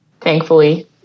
thankfully